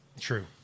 True